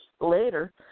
later